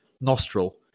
nostril